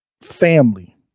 family